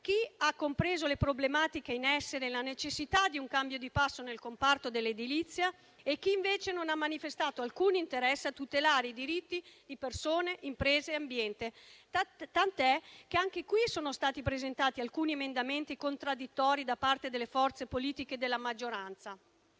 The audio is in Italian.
chi ha compreso le problematiche in essere e la necessità di un cambio di passo nel comparto dell'edilizia e chi, invece, non ha manifestato alcun interesse a tutelare i diritti di persone, imprese e ambiente. Tant'è che anche qui sono stati presentati alcuni emendamenti contraddittori da parte delle forze politiche della maggioranza.